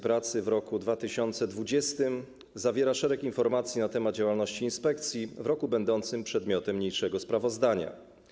Pracy w roku 2020 zawiera szereg informacji na temat działalności inspekcji w roku będącym przedmiotem niniejszego sprawozdania.